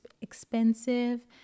expensive